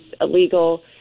illegal